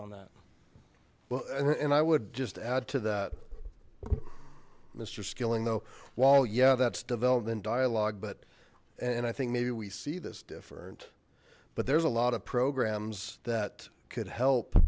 on that well and i would just add to that mister skilling though while yeah that's developed in dialogue but and i think maybe we see this different but there's a lot of programs that could help